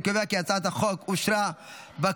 אני קובע כי הצעת החוק אושרה בקריאה